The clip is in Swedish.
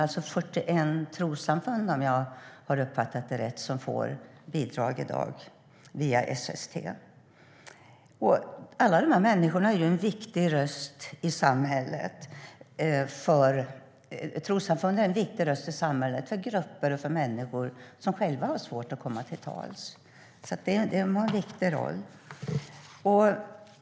Det är 41 trossamfund, om jag har uppfattat det rätt, som i dag får bidrag via SST. Trossamfunden är en viktig röst i samhället för grupper av människor som själva har svårt att komma till tals, så de har en viktig roll.